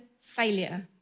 failure